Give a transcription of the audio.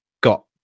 got